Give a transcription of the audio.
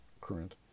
current